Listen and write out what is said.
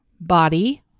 body